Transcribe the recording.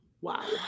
Wow